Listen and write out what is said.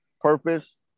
purpose